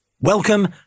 Welcome